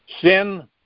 sin